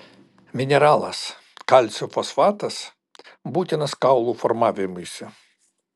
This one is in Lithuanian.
mineralas kalcio fosfatas būtinas kaulų formavimuisi